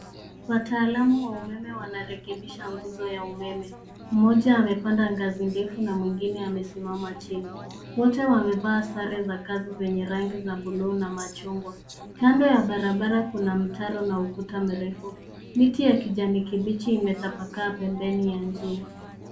Wataalamu wa umeme wanarekebisha nguzo ya umeme. Mmoja amepanda ngazi ndefu na mwingine amesimama chini. Wote wamevaa sare za kazi zenye rangi za bluu na machungwa. Kando ya barabara kuna mtaro na ukuta mrefu. Miti ya kijani kibichi imetapakaa pembeni ya njia.